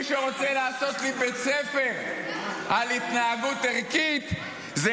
מי שרוצה לעשות לי בית ספר על התנהגות ערכית זה